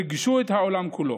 ריגשו את העולם כולו.